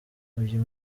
uyu